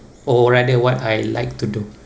or rather what I like to do